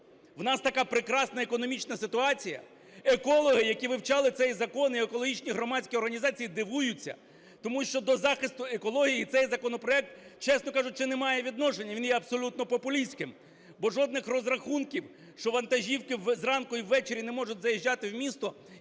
В нас така прекрасна економічна ситуація! Екологи, які вивчали цей закон і екологічні громадські організації дивуються, тому що до захисту екології цей законопроект, чесно кажучи, не має відношення. Він є абсолютно популістським, бо жодних розрахунків, що вантажівки зранку і ввечері не можуть заїжджати в місто